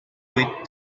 with